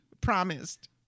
promised